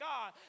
God